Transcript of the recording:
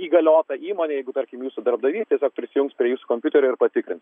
įgaliota įmonė jeigu tarkim jūsų darbdavys tiesiog prisijungs prie jūsų kompiuterio ir patikrins